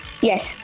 Yes